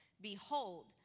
Behold